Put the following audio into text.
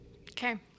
Okay